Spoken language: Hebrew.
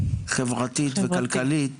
חברתית וכלכלית